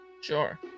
Sure